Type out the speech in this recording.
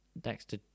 Dexter